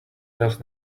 does